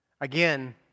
Again